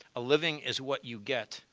a living is what you get,